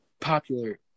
popular